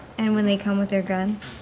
and when they come with their guns?